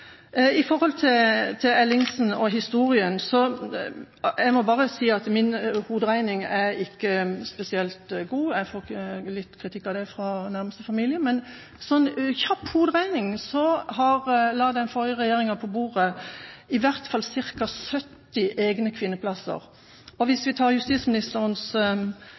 Ellingsen og historien, må jeg bare si at min hoderegning er ikke spesielt god, jeg får litt kritikk for det av den nærmeste familien, men ut fra kjapp hoderegning la den forrige regjeringa på bordet i hvert fall ca. 70 egne kvinneplasser. Hvis vi tar justisministerens